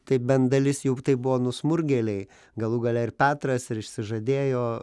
tai bent dalis juk tai buvo nusmurgėliai galų gale ir petras ir išsižadėjo